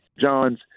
John's